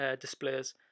displays